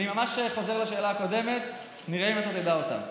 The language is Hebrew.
אני חוזר לשאלה הקודמת, נראה אם אתה תדע אותה.